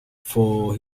for